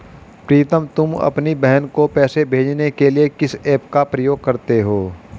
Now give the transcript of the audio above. प्रीतम तुम अपनी बहन को पैसे भेजने के लिए किस ऐप का प्रयोग करते हो?